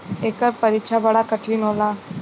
एकर परीक्षा बड़ा कठिन होला